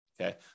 Okay